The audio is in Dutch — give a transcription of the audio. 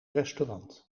restaurant